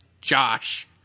Josh